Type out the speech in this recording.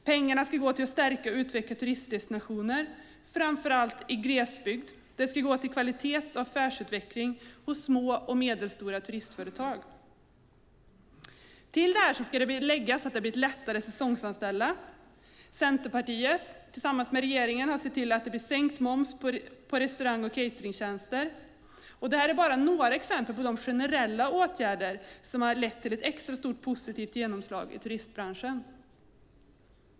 Pengarna ska gå till att stärka och utveckla turistdestinationer, framför allt i glesbygd. De ska gå till kvalitets och affärsutveckling hos små och medelstora turistföretag. Till detta ska läggas att det har blivit enklare att säsongsanställa. Centerpartiet har tillsammans med regeringen sett till att det blir sänkt moms på restaurang och cateringtjänster. Detta är bara några exempel på generella åtgärder som har fått extra stort positivt genomslag i turistbranschen.